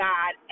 God